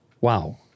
Wow